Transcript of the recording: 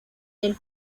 del